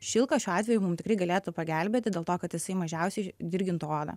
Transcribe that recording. šilkas šiuo atveju mum tikrai galėtų pagelbėti dėl to kad jisai mažiausiai dirgintų odą